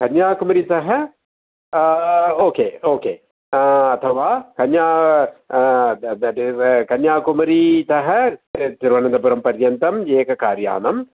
कन्याकुमारीतः okay okay अथवा कन्या कन्याकुमारीतः तिरुवनंन्तपुरपर्यन्तम् एकं कार्यानम्